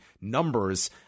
numbers